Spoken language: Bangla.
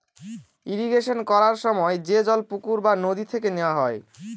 ইরিগেশন করার সময় যে জল পুকুর বা নদী থেকে নেওয়া হয়